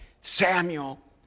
Samuel